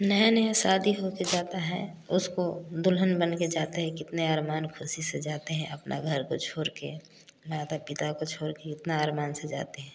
नया नया शादी हो के जाता है उसको दुल्हन बन के जाते हैं कितने अरमान ख़ुशी से जाते हैं अपना घर को छोड़ के माता पिता को छोड़ के इतने अरमान से जाते हैं